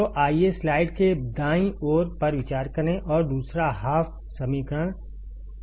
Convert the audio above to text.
तो आइए स्लाइड के दाईं ओर पर विचार करें और दूसरा हाफ समीकरण 2 है